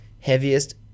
Heaviest